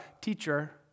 Teacher